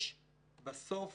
יש בסוף